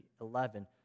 eleven